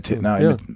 now